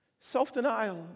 Self-denial